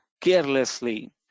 carelessly